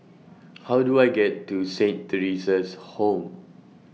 How Do I get to Saint Theresa's Home